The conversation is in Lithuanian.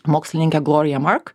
mokslininkė glorija mark